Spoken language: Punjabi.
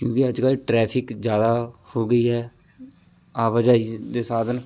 ਕਿਉਂਕਿ ਅੱਜ ਕੱਲ੍ਹ ਟਰੈਫਿਕ ਜ਼ਿਆਦਾ ਹੋ ਗਈ ਹੈ ਆਵਾਜਾਈ ਦੇ ਸਾਧਨ